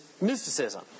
mysticism